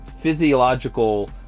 physiological